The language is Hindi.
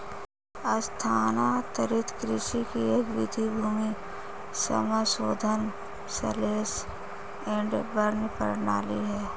स्थानांतरित कृषि की एक विधि भूमि समाशोधन स्लैश एंड बर्न प्रणाली है